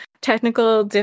technical